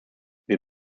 wir